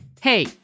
Hey